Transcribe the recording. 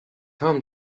home